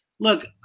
Look